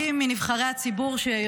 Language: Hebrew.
סדר-היום הציבורי